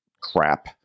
crap